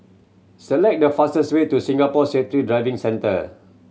select the fastest way to Singapore Safety Driving Centre